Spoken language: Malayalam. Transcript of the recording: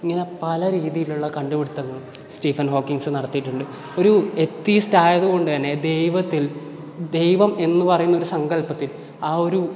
ഇങ്ങനെ പല രീതിയിലുള്ള കണ്ടുപിടുത്തങ്ങൾ സ്റ്റീഫൻ ഹോക്കിൻസ് നടത്തീട്ടുണ്ട് ഒരു എത്തീസ്റ്റായതു കൊണ്ട് തന്നെ ദൈവത്തിൽ ദൈവം എന്ന് പറയുന്ന ഒരു സങ്കൽപ്പത്തിൽ ആ ഒരു